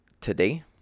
today